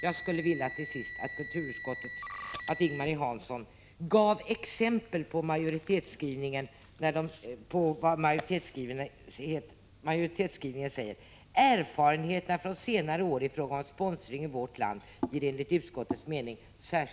Jag skulle till sist vilja att Ing-Marie Hansson gav exempel på några av de erfarenheter utskottsmajoriteten hänvisar till när den skriver: ”Erfarenheterna från senare år i fråga om sponsring i vårt land ger enligt utskottets